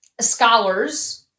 scholars